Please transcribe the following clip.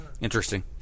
Interesting